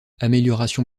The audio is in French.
amélioration